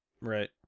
Right